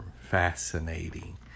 Fascinating